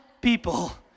people